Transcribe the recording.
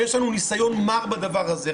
ויש לנו ניסיון מר בדבר הזה.